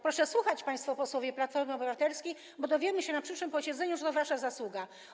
Proszę słuchać, państwo posłowie Platformy Obywatelskiej, bo jeszcze dowiemy się na przyszłym posiedzeniu, że to wasza zasługa.